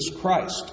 Christ